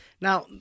Now